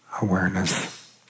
Awareness